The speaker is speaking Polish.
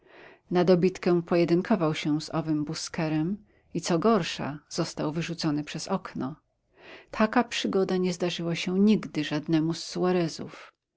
na dobitkę pojedynkował się z owym busquerem i co gorsza został wyrzucony przez okno taka przygoda nie zdarzyła się nigdy żadnemu